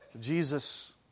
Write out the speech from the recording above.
Jesus